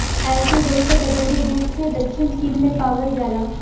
एसिडोसा जरूरी रूप से दक्षिणी चीन में पावल जाला